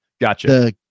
Gotcha